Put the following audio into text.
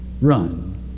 run